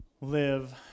live